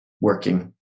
working